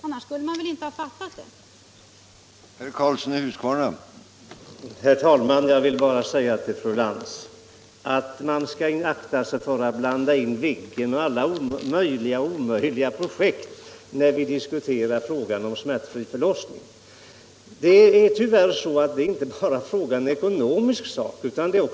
Annars skulle man väl inte ha fattat det beslutet.